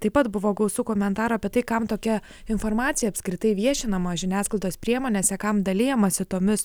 taip pat buvo gausu komentarų apie tai kam tokia informacija apskritai viešinama žiniasklaidos priemonėse kam dalijamasi tomis